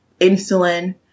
insulin